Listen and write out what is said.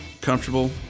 comfortable